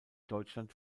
deutschland